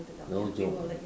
no joke